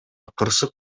кырсык